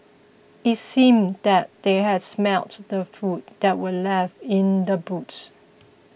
it seemed that they has smelt the food that were left in the boots